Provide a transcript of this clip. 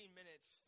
minutes